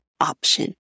option